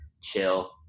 chill